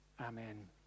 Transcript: amen